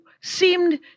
seemed